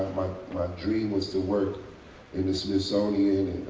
my dream was to work in the smithsonian.